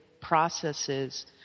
processes